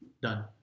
done